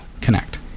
Connect